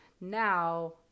now